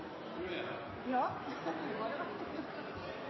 nå er det